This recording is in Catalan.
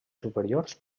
superiors